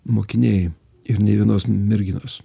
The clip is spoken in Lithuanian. mokiniai ir nė vienos merginos